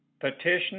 Petition